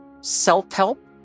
self-help